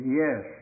yes